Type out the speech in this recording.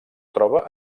troba